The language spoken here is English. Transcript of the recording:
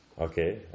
Okay